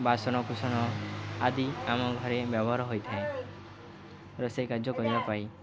ବାସନ କୁସନ ଆଦି ଆମ ଘରେ ବ୍ୟବହାର ହୋଇଥାଏ ରୋଷେଇ କାର୍ଯ୍ୟ କରିବା ପାଇଁ